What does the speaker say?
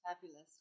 fabulous